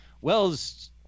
Wells